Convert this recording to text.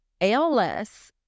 ALS